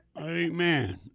Amen